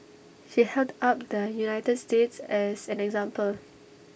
she held up the united states as an example